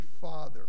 father